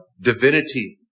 divinity